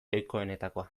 ohikoenetakoa